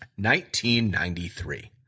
1993